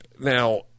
Now